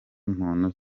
muntu